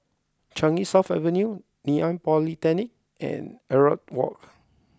Changi South Avenue Ngee Ann Polytechnic and Elliot Walk